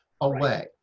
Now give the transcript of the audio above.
away